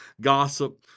gossip